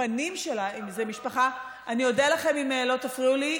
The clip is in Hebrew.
הבנים שלה, אני אודה לכם אם לא תפריעו לי.